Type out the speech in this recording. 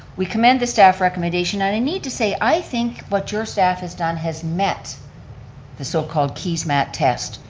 we commend the staff recommendation, and i need to say, i think what your staff has done has met the so-called keesmaat test.